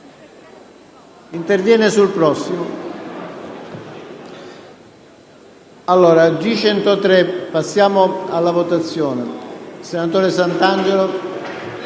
Interverrà sul prossimo.